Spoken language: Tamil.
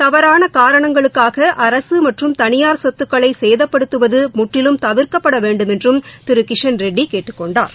தவறான காரணங்களுக்காக அரசு மற்றம் தனியார் சொத்துக்களை சேதப்படுத்துவது முற்றிலும் தவிர்க்கப்பட வேண்டுமென்று திரு கிஷன் ரெட்டி கேட்டுக் கொண்டார்